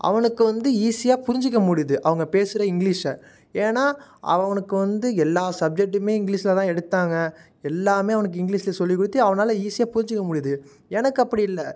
அவனுக்கு வந்து ஈஸியாக புரிஞ்சுக்க முடியுது அவங்க பேசுகிற இங்கிலீஷ் ஏன்னா அவன் அவனுக்கு வந்து எல்லா சப்ஜெட்டும் இங்கிலீஷில் தான் எடுத்தாங்க எல்லாம் அவனுக்கு இங்கிலீஷில் சொல்லிக் கொடுத்தே அவனால் ஈஸியாக புரிஞ்சுக்க முடியுது எனக்கு அப்படி இல்லை